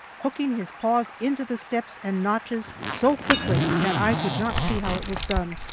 hooking his paws into the steps and notches so quickly that i could not see how it was done,